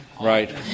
Right